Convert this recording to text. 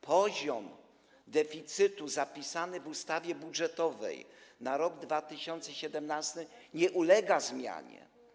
Poziom deficytu zapisany w ustawie budżetowej na rok 2017 nie ulega zmianie.